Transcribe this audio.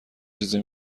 چیزی